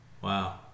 Wow